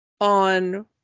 on